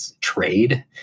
trade